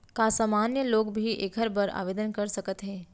का सामान्य लोग भी एखर बर आवदेन कर सकत हे?